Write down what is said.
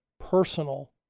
personal